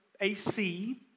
AC